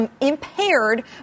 impaired